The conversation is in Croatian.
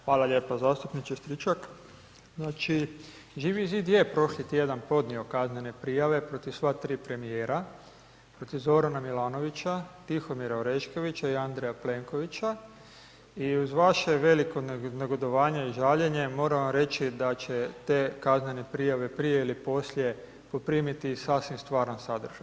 Hvala lijepo zastupniče Stričak, znači Živi zid je prošli tjedan podnio kaznene prijave protiv sva tri premijera, protiv Zorana Milanovića, Tihomira Oreškovića i Andreja Plenkovića i uz vaše veliko negodovanje i žaljenje moram vam reći da će te kaznene prijave prije ili poslije poprimiti sasvim stvaran sadržaj.